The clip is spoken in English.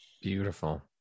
Beautiful